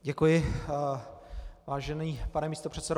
Děkuji, vážený pane místopředsedo.